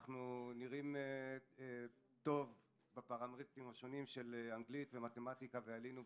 אנחנו נראים טוב בפרמטרים השונים של מתמטיקה ואנגלית ועלינו והשתפרנו,